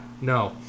No